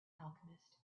alchemist